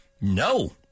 No